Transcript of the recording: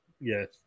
Yes